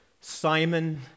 Simon